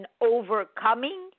overcoming